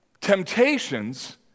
temptations